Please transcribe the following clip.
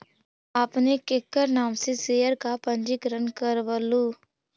आपने केकर नाम से शेयर का पंजीकरण करवलू